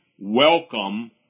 welcome